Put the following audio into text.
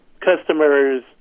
customers